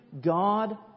God